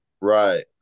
Right